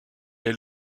est